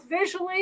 visually